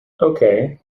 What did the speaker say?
okay